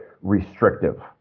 restrictive